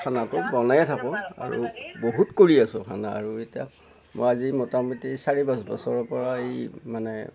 খানাটো বনায়ে থাকো আৰু বহুত কৰি আছো খানা আৰু এতিয়া মই আজি মোটামুটি চাৰি পাঁচ বছৰৰপৰা এই মানে